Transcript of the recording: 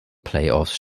playoffs